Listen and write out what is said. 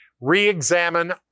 re-examine